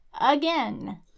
Again